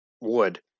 wood